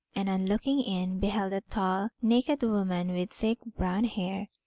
and on looking in, beheld a tall naked woman, with thick brown hair,